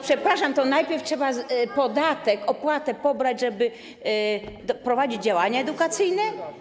Przepraszam, to najpierw trzeba podatek, opłatę pobrać, żeby prowadzić działania edukacyjne?